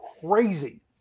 Crazy